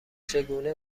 چگونه